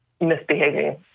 misbehaving